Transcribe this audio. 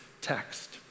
text